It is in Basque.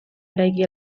eraiki